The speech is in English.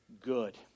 good